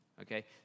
Okay